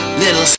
little